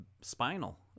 spinal